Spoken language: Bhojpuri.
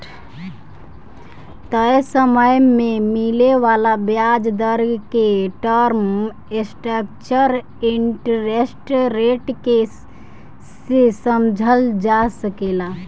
तय समय में मिले वाला ब्याज दर के टर्म स्ट्रक्चर इंटरेस्ट रेट के से समझल जा सकेला